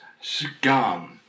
scum